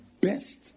best